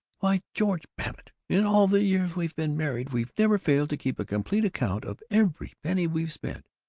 why, george babbitt, in all the years we've been married we've never failed to keep a complete account of every penny we've spent!